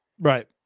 Right